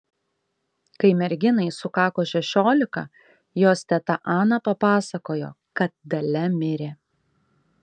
kai merginai sukako šešiolika jos teta ana papasakojo kad dalia mirė